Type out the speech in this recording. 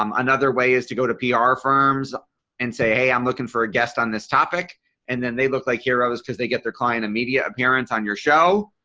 um another way is to go to ah pr firms and say hey i'm looking for a guest on this topic and then they look like heroes because they get their client of media appearance on your show.